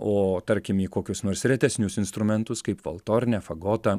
o tarkim į kokius nors retesnius instrumentus kaip valtornę fagotą